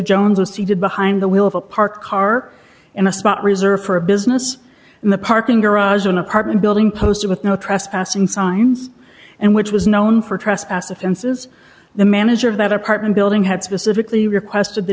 jones was seated behind the wheel of a parked car in a spot reserved for a business in the parking garage an apartment building posed with no trespassing signs and which was known for trespass offenses the manager of that apartment building had specifically requested the